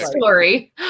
story